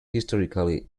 historically